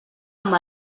amb